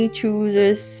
chooses